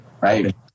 Right